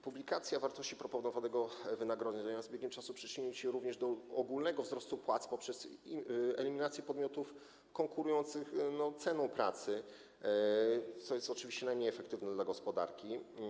Publikacja wartości proponowanego wynagrodzenia z biegiem czasu przyczyni się również do ogólnego wzrostu płac poprzez eliminację podmiotów konkurujących ceną pracy, co jest oczywiście najmniej efektywne dla gospodarki.